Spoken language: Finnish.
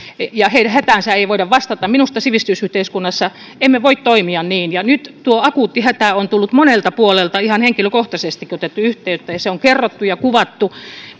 ja heidän hätäänsä ei voida vastata minusta sivistysyhteiskunnassa emme voi toimia niin ja nyt tuo akuutti hätä on tullut monelta puolelta ihan henkilökohtaisestikin on otettu yhteyttä ja se on kerrottu ja kuvattu